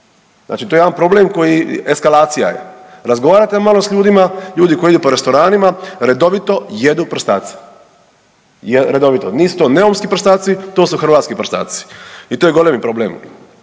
Znači to je jedan problem koji eskalacija je. Razgovarajte malo s ljudima, ljudi koji idu po restoranima redovito jedu prstace, redovito. Nisu to neumski prstaci, to su hrvatski prstaci. I to je golemi problem.